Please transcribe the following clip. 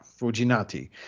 Fujinati